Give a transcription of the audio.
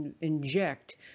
inject